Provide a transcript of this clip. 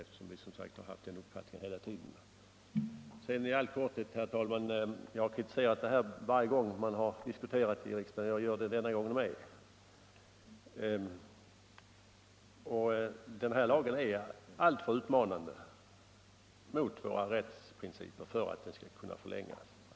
Jag har kritiserat denna lag varje gång den diskuterats i riksdagen, och jag gör det även nu. Lagen är alltför utmanande mot våra rättsprinciper för att den skall kunna förlängas.